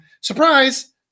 surprise